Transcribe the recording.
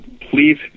please